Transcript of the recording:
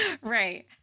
right